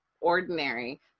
ordinary